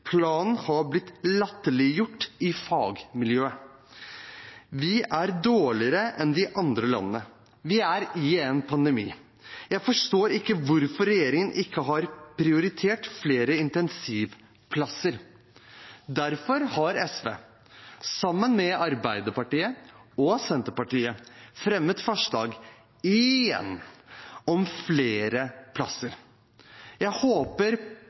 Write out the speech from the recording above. Planen har blitt latterliggjort i fagmiljøet. Vi er dårligere enn de andre landene. Vi er i en pandemi. Jeg forstår ikke hvorfor regjeringen ikke har prioritert flere intensivplasser. Derfor har SV, sammen med Arbeiderpartiet og Senterpartiet, fremmet forslag – igjen – om flere plasser. Jeg håper